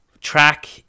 track